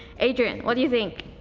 adrian, what do you think?